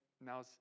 Now